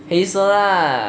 黑色 lah